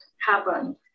happen